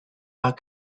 are